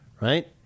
right